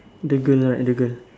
the girl right the girl